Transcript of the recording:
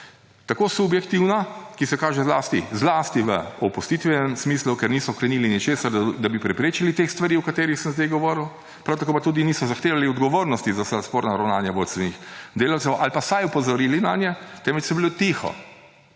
Tako subjektivna, ki se kaže zlasti v opustitvenem smislu, ker niso ukrenili ničesar, da bi preprečili te stvari, o katerih sem sedaj govoril; prav tako pa tudi niso zahtevali odgovornosti za vsa sporna ravnanja vodstvenih delavcev ali pa vsaj opozorili nanje, temveč so bili tiho